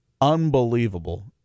Unbelievable